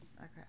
Okay